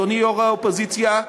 אדוני יושב-ראש האופוזיציה,